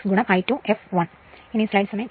അതിനാൽ x P fl ആയിരിക്കും ഫലം